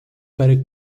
para